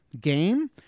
game